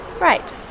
Right